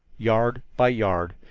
yard by yard,